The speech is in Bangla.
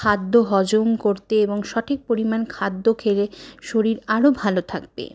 খাদ্য হজম করতে এবং সঠিক পরিমাণ খাদ্য খেলে শরীর আরও ভালো থাকবে